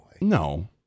No